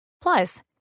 Plus